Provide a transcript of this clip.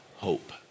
Hope